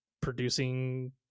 producing